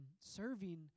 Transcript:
Serving